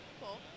cool